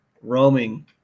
roaming